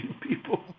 people